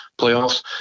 playoffs